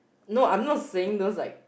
no I'm not saying those like